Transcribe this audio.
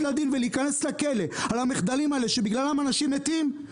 לדין ולהיכנס לכלא על המחדלים האלה שבגללם אנשים מתים,